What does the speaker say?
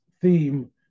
theme